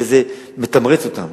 וזה מתמרץ אותם,